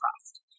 trust